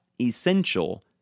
essential